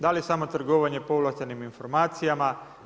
Da li samo trgovanje povlaštenim informacijama?